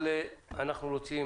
אבל אנחנו רוצים